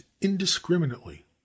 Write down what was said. indiscriminately